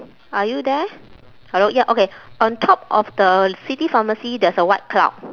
are you there hello ya okay on top of the city pharmacy there's a white cloud